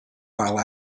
while